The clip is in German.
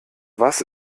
was